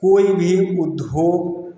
कोई भी उद्योग